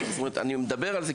אני מדבר על זה,